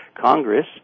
Congress